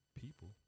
people